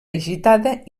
agitada